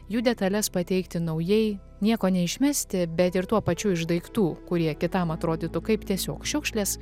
jų detales pateikti naujai nieko neišmesti bet ir tuo pačiu iš daiktų kurie kitam atrodytų kaip tiesiog šiukšlės